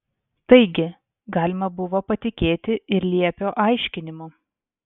taigi galima buvo patikėti ir liepio aiškinimu